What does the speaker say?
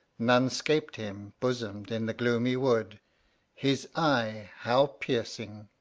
none scap'd him, bosomed in the gloomy wood his eye how piercing!